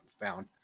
found